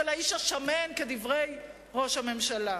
של האיש השמן, כדברי ראש הממשלה.